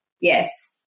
Yes